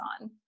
on